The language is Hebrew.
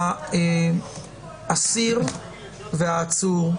האסיר והעצור,